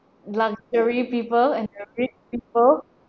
luxury people and the rich people